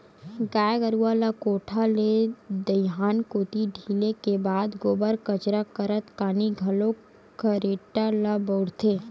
गाय गरुवा ल कोठा ले दईहान कोती ढिले के बाद गोबर कचरा करत खानी घलोक खरेटा ल बउरथे